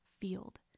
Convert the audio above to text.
field